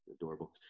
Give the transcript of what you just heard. adorable